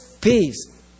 peace